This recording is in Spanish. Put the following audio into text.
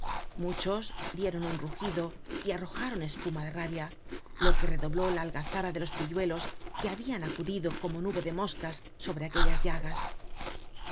muchos dieron un rugido y arrojaron espuma de rabia lo que redobló la algazara de los pilluelos que habian acudido como nube de moscas sobre aquellas llagas la